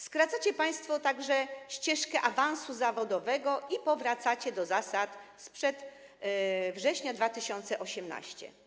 Skracacie państwo także ścieżkę awansu zawodowego i powracacie do zasad sprzed września 2018 r.